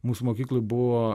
mūsų mokykloj buvo